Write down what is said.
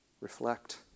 reflect